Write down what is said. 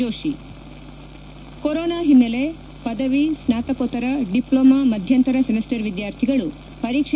Joshi corona ಹಿನ್ನೆಲೆ ಪದವಿ ಸ್ನಾತ್ರಕೋತ್ತರ ಡಿಪ್ಲೋಮೊ ಮಧ್ಯಂತರ ಸೆಮಿಸ್ಟರ್ ವಿದ್ಯಾರ್ಥಿಗಳು ಪರೀಕ್ಷೆ